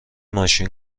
ماشین